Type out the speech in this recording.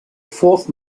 fourth